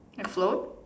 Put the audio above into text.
a float